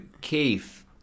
keith